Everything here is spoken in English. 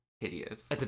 Hideous